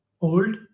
old